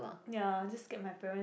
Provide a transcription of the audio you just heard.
ya just scare my parent